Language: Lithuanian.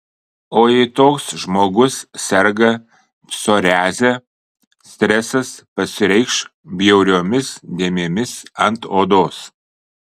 o jei toks žmogus serga psoriaze stresas pasireikš bjauriomis dėmėmis ant odos